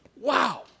Wow